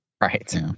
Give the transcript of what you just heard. Right